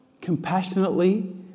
compassionately